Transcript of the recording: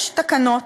יש תקנות,